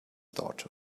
daughter